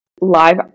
live